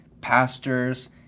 pastors